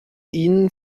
ihnen